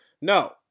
No